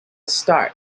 start